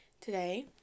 today